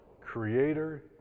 creator